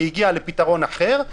והגיע לפתרון אחר,